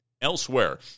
Elsewhere